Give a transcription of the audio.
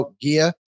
gear